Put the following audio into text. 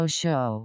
show